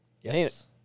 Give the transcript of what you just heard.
Yes